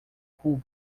com